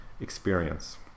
experience